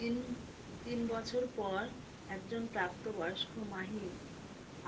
তিন তিন বছর পর একজন প্রাপ্ত বয়স্ক মাহন